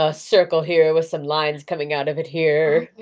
ah circle here with some lines coming out of it here.